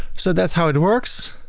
so that's how it works.